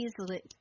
easily